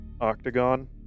Octagon